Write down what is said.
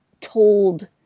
told